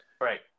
right